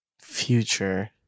Future